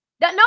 No